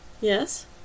Yes